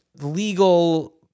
legal